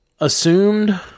assumed